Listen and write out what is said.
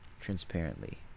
transparently